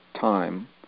time